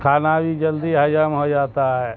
کھانا بھی جلدی ہضم ہو جاتا ہے